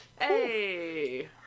Hey